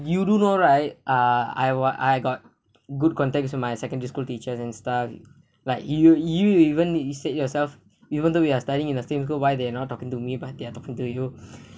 you do know right uh I what I got good context with my secondary school teachers and stuff like you you even need to said yourself even though we are studying same school why they are not talking to me but they're talking to you